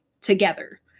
together